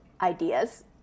ideas